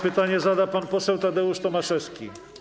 Pytanie zada pan poseł Tadeusz Tomaszewski.